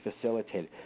facilitated